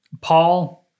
Paul